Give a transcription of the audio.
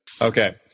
Okay